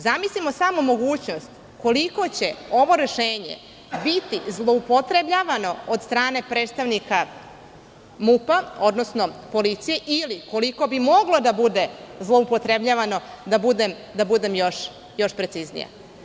Zamislimo samo mogućnost koliko će ovo rešenje biti zloupotrebljavano od strane predstavnika MUP odnosno policije, ili koliko bi moglo da bude zloupotrebljavano, da budem još preciznija.